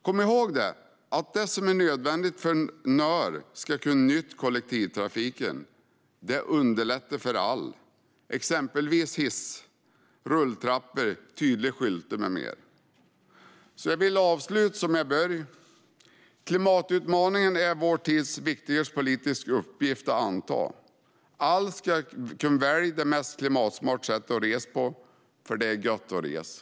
Kom ihåg att det som är nödvändigt för att några ska kunna nyttja kollektivtrafiken underlättar för alla - det gäller hiss, rulltrappor, tydliga skyltar med mera. Jag vill avsluta som jag började. Klimatutmaningen är vår tids viktigaste politiska uppgift att anta. Alla ska kunna välja det mest klimatsmarta sättet att resa på, för det är "gött att resa".